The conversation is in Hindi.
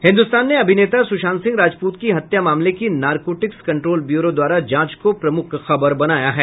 हिन्द्रस्तान ने अभिनेता सुशांत सिंह राजपूत की हत्या मामले की नारकोटिक्स कंट्रोल ब्यूरो द्वारा जांच को प्रमुख खबर बनाया है